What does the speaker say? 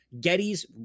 getty's